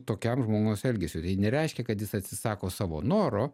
tokiam žmonos elgesiu tai nereiškia kad jis atsisako savo noro